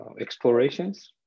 explorations